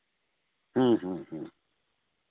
ᱦᱮᱸ ᱦᱮᱸ ᱦᱮᱸ